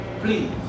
please